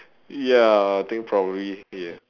ya I think probably yeah